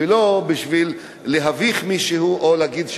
ולא בשביל להביך מישהו או להגיד,